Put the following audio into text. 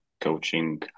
coaching